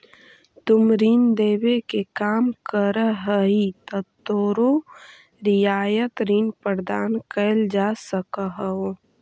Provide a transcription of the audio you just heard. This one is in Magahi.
तुम ऋण देवे के काम करऽ हहीं त तोरो रियायत ऋण प्रदान कैल जा सकऽ हओ